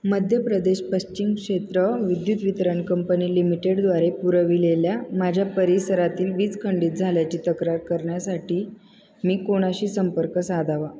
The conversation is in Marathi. मध्य प्रदेश पश्चिम क्षेत्र विद्युत वितरण कंपनी लिमिटेडद्वारे पुरविलेल्या माझ्या परिसरातील वीज खंडित झाल्याची तक्रार करण्यासाठी मी कोणाशी संपर्क साधावा